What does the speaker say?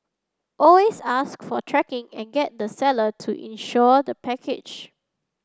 always ask for tracking and get the seller to insure the package